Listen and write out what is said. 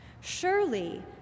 Surely